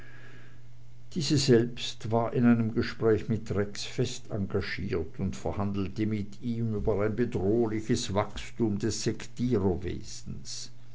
diese selbst war in einem gespräch mit rex fest engagiert und verhandelte mit ihm über ein bedrohliches wachsen des